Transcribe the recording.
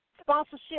sponsorship